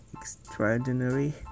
extraordinary